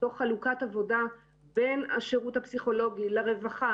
תוך חלוקת עבודה בין השירות הפסיכולוגי לרווחה,